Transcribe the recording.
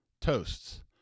toasts